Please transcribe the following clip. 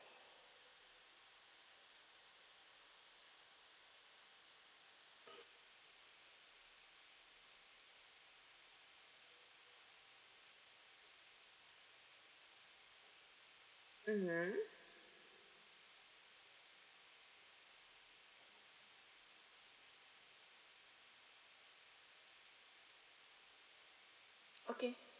mmhmm okay